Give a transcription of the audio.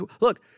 Look